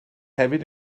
hefyd